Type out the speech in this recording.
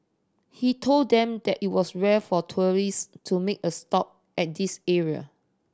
he told them that it was rare for tourist to make a stop at this area